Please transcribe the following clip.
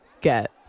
get